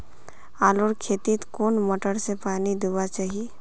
आलूर खेतीत कुन मोटर से पानी दुबा चही?